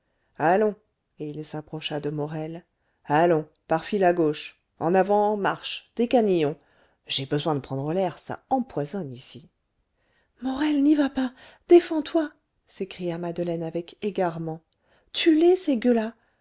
et il s'approcha de morel allons par file à gauche en avant marche décanillons j'ai besoin de prendre l'air ça empoisonne ici morel n'y va pas défends-toi s'écria madeleine avec égarement tue les ces